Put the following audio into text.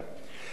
הוועדה החליטה,